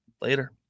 later